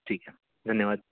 ठीक आहे धन्यवाद